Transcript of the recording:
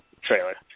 trailer